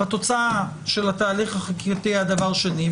התוצאה של התהליך החקיקתי היה דבר שני,